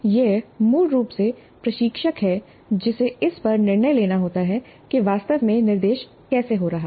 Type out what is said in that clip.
यह मूल रूप से प्रशिक्षक है जिसे इस पर निर्णय लेना होता है कि वास्तव में निर्देश कैसे हो रहा है